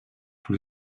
tous